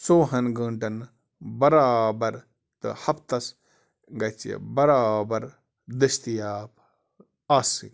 ژوٚوہَن گٲنٛٹَن برابر تہٕ ہَفتس گَژھِ یہِ برابر دٔستیاب آسٕنۍ